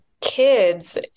kids